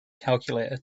calculator